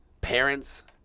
parents